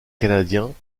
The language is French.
canadiens